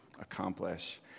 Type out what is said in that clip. accomplish